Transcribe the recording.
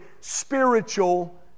spiritual